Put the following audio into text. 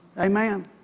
Amen